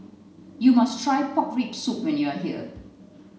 you must try pork rib soup when you are here